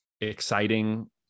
exciting